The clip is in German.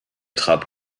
trat